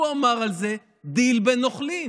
הוא אמר על זה "דיל בין נוכלים".